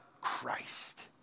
Christ